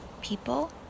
people